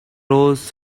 rows